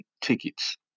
tickets